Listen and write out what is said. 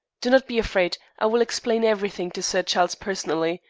do not be afraid. i will explain everything to sir charles personally.